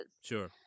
Sure